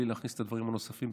בלי להכניס את הדברים הנוספים,